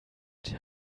der